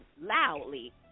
loudly